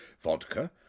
vodka